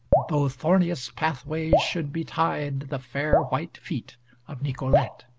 though thorniest pathways should betide the fair white feet of nicolete.